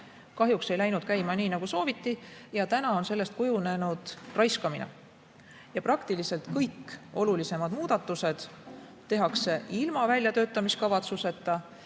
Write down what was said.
Kahjuks ei läinud käima nii, nagu sooviti, ja täna on sellest kujunenud raiskamine. Praktiliselt kõik olulisemad muudatused tehakse ilma väljatöötamiskavatsuseta,